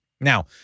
Now